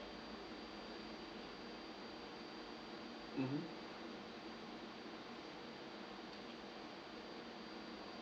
mmhmm